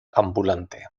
ambulante